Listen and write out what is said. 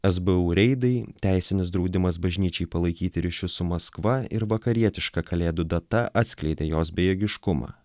sbu reidai teisinis draudimas bažnyčiai palaikyti ryšius su maskva ir vakarietiška kalėdų data atskleidė jos bejėgiškumą